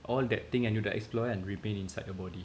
all that thing yang you dah explore remain inside your body